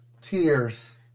Tears